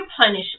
punish